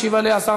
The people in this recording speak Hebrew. הצעות מס' 362,